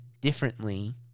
differently